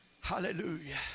hallelujah